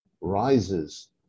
rises